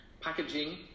packaging